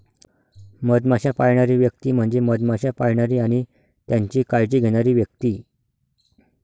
मधमाश्या पाळणारी व्यक्ती म्हणजे मधमाश्या पाळणारी आणि त्यांची काळजी घेणारी व्यक्ती